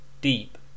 Deep